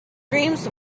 dreams